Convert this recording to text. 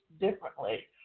differently